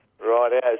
right